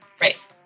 Right